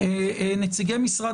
נציגי משרד